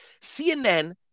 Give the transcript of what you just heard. CNN